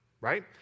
right